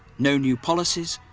no new policies.